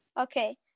Okay